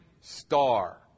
star